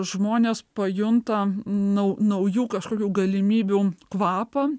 žmonės pajunta nau naujų kažkokių galimybių kvapą